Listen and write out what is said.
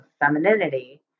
femininity